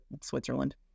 switzerland